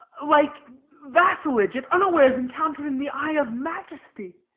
like vassalage at unawares encount'ring the eye of majesty.